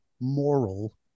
moral